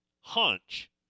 hunch